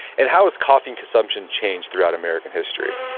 and how has caffine consumption changed throughout american history?